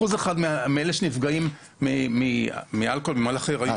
אחוז אחד מאלה שנפגעים מאלכוהול --- אה